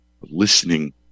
listening